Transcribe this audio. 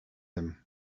him